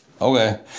Okay